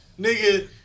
Nigga